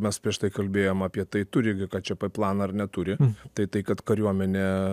mes prieš tai kalbėjom apie tai turi gie ką čė pė planą ar neturi tai tai kad kariuomenė